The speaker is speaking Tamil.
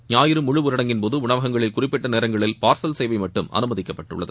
ஞாயிறு முழு ஊடரங்கின் போது உணவகங்களில் குறிப்பிட்ட நேரங்களில் பார்சல் சேவை மட்டும் அனுமதிக்கப்பட்டுள்ளது